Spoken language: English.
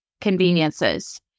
conveniences